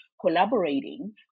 collaborating